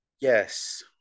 Yes